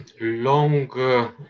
long